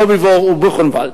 סוביבור ובוכנוואלד.